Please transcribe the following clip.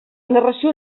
narració